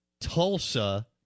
Tulsa